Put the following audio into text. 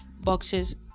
boxes